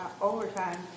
overtime